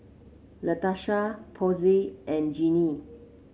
Latesha Posey and Jinnie